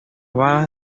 balas